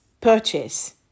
purchase